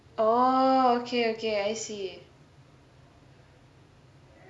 oh okay okay I see